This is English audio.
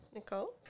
Nicole